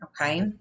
okay